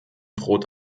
droht